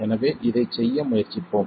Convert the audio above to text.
எனவே இதைச் செய்ய முயற்சிப்போம்